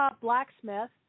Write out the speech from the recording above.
Blacksmith